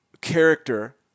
character